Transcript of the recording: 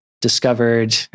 discovered